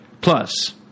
Plus